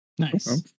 Nice